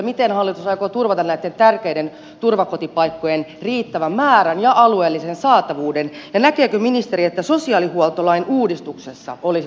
miten hallitus aikoo turvata näitten tärkeiden turvakotipaikkojen riittävän määrän ja alueellisen saatavuuden ja näkeekö ministeri että sosiaalihuoltolain uudistuksessa olisi mahdollisuus tälle